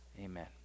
amen